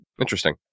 Interesting